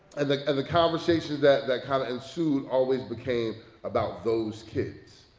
and the the conversations that that kind of ensued always became about those kids.